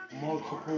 multiple